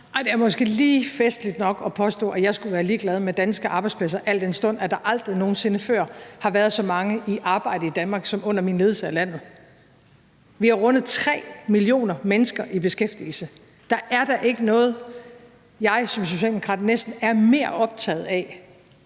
Det er måske lige festligt nok at påstå, at jeg skulle være ligeglad med danske arbejdspladser, al den stund at der aldrig nogen sinde før har været så mange i arbejde i Danmark som under min ledelse af landet. Vi har rundet 3 millioner mennesker i beskæftigelse. Der er da ikke noget, som jeg som socialdemokrat næsten er mere optaget af